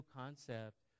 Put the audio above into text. concept